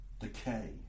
decay